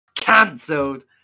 cancelled